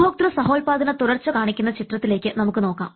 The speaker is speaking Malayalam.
ഉപഭോക്തൃ സഹോൽപാദന തുടർച്ച കാണിക്കുന്ന ചിത്രത്തിലേക്ക് നമുക്ക് നോക്കാം